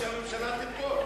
יש סיכוי שהממשלה תיפול.